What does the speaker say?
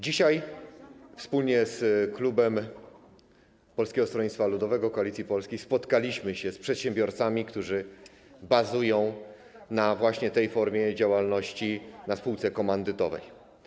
Dzisiaj jako klub Polskiego Stronnictwa Ludowego - Koalicji Polskiej spotkaliśmy się wspólnie z przedsiębiorcami, którzy bazują właśnie na tej formie działalności, na spółce komandytowej.